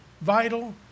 vital